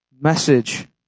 message